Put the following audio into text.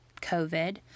COVID